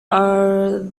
are